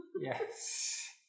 Yes